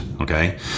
okay